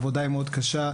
העבודה היא מאוד קשה.